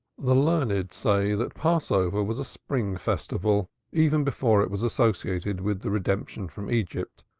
the learned say that passover was a spring festival even before it was associated with the redemption from egypt,